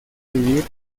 vivir